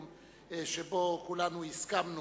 והיום, יום מניעת השימוש והסחר בסמים,